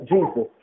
Jesus